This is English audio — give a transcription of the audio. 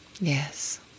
Yes